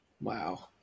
Wow